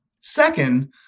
Second